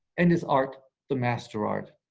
and his art the master-art!